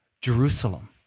Jerusalem